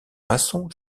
masson